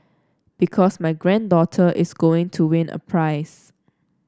because my granddaughter is going to win a prize